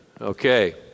Okay